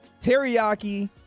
teriyaki